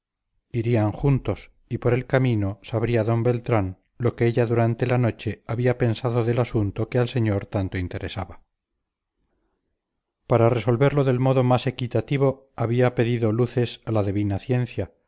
irían juntos y por el camino sabría d beltrán lo que ella durante la noche había pensado del asunto que al señor tanto interesaba para resolverlo del modo más equitativo había pedido luces a la divina ciencia